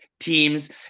Teams